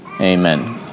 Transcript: Amen